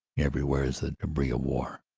every where is the debris of war,